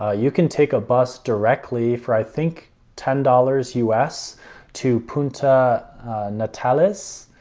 ah you can take a bus directly for i think ten dollars us to puerto natales,